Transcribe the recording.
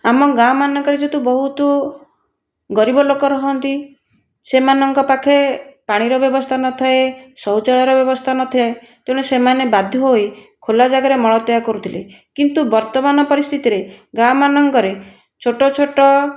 ଆମ ଗାଁ ମାନଙ୍କରେ ଯେହେତୁ ବହୁତ ଗରିବ ଲୋକ ରୁହନ୍ତି ସେମାନଙ୍କ ପାଖେ ପାଣିର ବ୍ୟବସ୍ଥା ନଥାଏ ଶୌଚାଳୟର ବ୍ୟବସ୍ଥା ନଥାଏ ତେଣୁ ସେମାନେ ବାଧ୍ୟ ହୋଇ ଖୋଲା ଜାଗାରେ ମଳ ତ୍ୟାଗ କରୁଥିଲେ କିନ୍ତୁ ବର୍ତ୍ତମାନ ପରିସ୍ଥିତିରେ ଗାଁମାନଙ୍କରେ ଛୋଟ ଛୋଟ